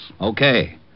Okay